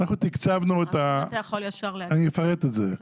אני אפרט את זה.